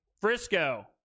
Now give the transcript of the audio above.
Frisco